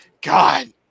God